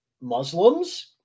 Muslims